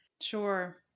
Sure